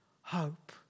hope